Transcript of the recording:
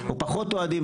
או פחות אוהדים,